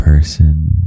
person